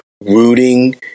rooting